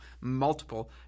multiple